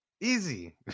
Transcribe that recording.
Easy